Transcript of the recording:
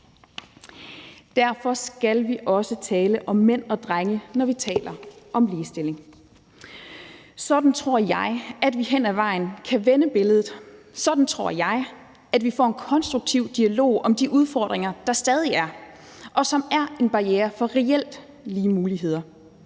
Derfor skal vi også tale om mænd og drenge, når vi taler om ligestilling. Sådan tror jeg at vi hen ad vejen kan vende billedet. Sådan tror jeg at vi får en konstruktiv dialog om de udfordringer, der stadig er, og som er en barriere for reelt lige muligheder.